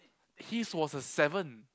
his was a seven